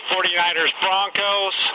49ers-Broncos